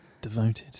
Devoted